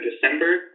December